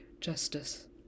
justice